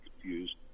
confused